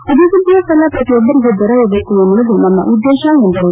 ಅಭಿವೃದ್ದಿಯ ಫಲ ಪ್ರತಿಯೊಬ್ಬರಿಗೂ ದೊರಬೇಕು ಎನ್ನುವುದು ನಮ್ಮ ಉದ್ದೇಶ ಎಂದರು